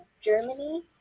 Germany